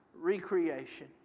recreation